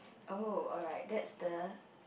oh alright that's the